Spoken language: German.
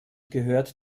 gehört